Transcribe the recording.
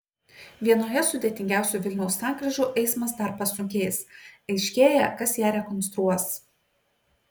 vienoje sudėtingiausių vilniaus sankryžų eismas dar pasunkės aiškėja kas ją rekonstruos